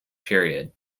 period